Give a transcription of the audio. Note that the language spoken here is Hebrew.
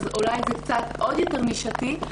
אולי זה עוד יותר נישתי,